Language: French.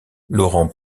laurent